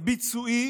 ביצועי